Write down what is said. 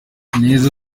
neza